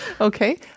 Okay